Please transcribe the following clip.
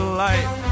light